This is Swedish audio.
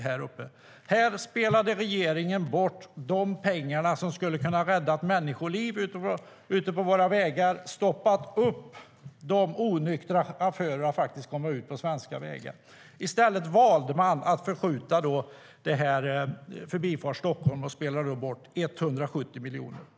Här spelade regeringen bort de pengar som skulle ha kunnat rädda människoliv ute på våra vägar, som skulle ha stoppat de onyktra chaufförerna från att komma ut på svenska vägar. I stället valde man att skjuta upp Förbifart Stockholm och spelade därmed bort 170 miljoner.